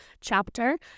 chapter